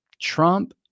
Trump